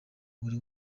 buri